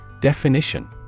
Definition